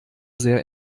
sehr